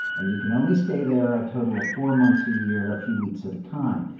and you can only stay there a total of four months a year a few weeks at a time.